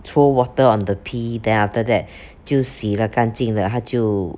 throw water on the pee then after that 就洗了干净了她就